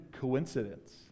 coincidence